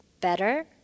better